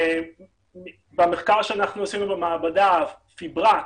במחקר שעשינו במעבדה, פיברט,